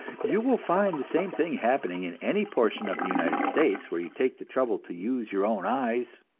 you will find the same thing happening in any portion of the united states where you take the trouble to use your own eyes.